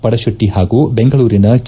ಪಡಶೆಟ್ಷ ಹಾಗೂ ಬೆಂಗಳೂರಿನ ಕೆ